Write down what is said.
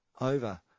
over